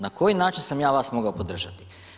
Na koji način sam ja vas mogao podržati?